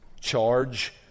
charge